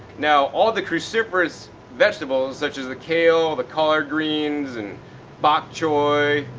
now all the cruciferous vegetables such as the kale, the collard greens, and bak choy,